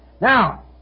Now